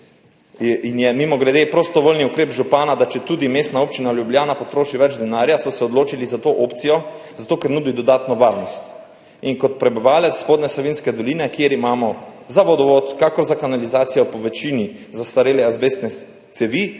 ki je, mimogrede, prostovoljni ukrep župana, četudi Mestna občina Ljubljana potroši več denarja, so se odločili za to opcijo zato, ker nudi dodatno varnost. Kot prebivalec Spodnje Savinjske doline, kjer imamo tako za vodovod kakor za kanalizacijo po večini zastarele azbestne cevi,